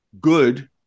good